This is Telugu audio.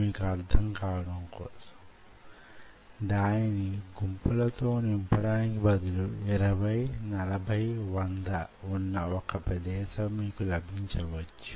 మీకు అర్థమవడం కోసం దానిని గుంపులతో నింపడానికి బదులు 20 40100 వున్న వొక ప్రదేశం మీకు లభించవచ్చు